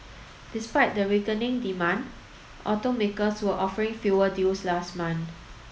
despite the weakening demand automakers were offering fewer deals last month